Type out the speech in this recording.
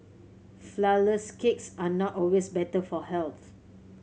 flourless cakes are not always better for health